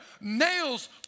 nails